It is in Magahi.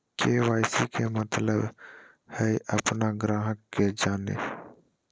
के.वाई.सी के मतलब हइ अपन ग्राहक के जानो